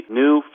new